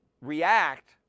react